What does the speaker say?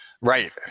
right